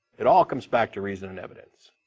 it all comes back to reason and evidence.